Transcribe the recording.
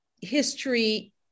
history